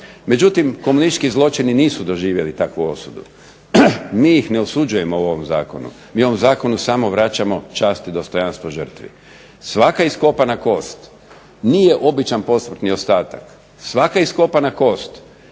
Međutim, komunistički zločini nisu doživjeli takvu osudu. Mi ih ne osuđujemo u ovom zakonu, mi u ovom zakonu samo vraćamo čast i dostojanstvo žrtvi. Svaka iskopana kost nije običan posmrtni ostatak, svaka iskopana kost